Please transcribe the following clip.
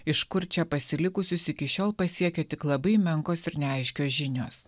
iš kur čia pasilikusius iki šiol pasiekė tik labai menkos ir neaiškios žinios